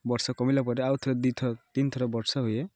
ବର୍ଷା କମିଲା ପରେ ଆଉଥରେ ଦୁଇଥର ତିନଥର ବର୍ଷା ହୁଏ